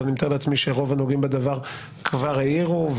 אבל אני מתאר לעצמי שרוב הנוגעים בדבר כבר העירו,